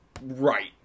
Right